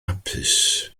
hapus